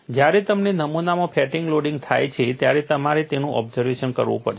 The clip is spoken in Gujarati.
જ્યારે તમને નમૂનામાં ફેટિગ લોડિંગ થાય છે ત્યારે તમારે તેનું ઓબ્ઝર્વેશન કરવું પડશે